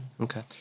Okay